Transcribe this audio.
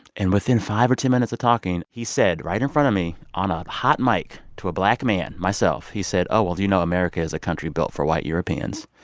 and within five or ten minutes of talking, he said right in front of me on um a hot mic to a black man myself he said, oh, well, do you know america is a country built for white europeans?